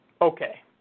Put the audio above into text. Okay